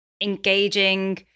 engaging